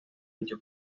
dicho